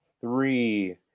three